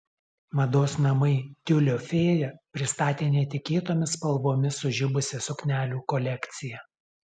mados namai tiulio fėja pristatė netikėtomis spalvomis sužibusią suknelių kolekciją